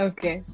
Okay